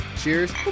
Cheers